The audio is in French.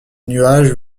nuages